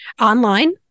online